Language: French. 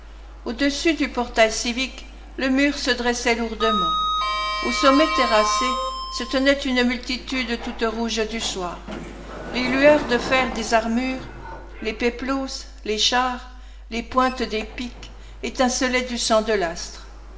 au-dessus du portail civique le mur se dressait lourdement au sommet terrassé se tenait une multitude toute rouge du soir les lueurs de fer des armures les peplos les chars les pointes des piques étincelaient du sang de l'astre